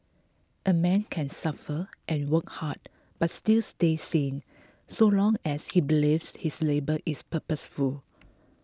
a man can suffer and work hard but still stay sane so long as he believes his labour is purposeful